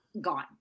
gone